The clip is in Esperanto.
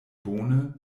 bone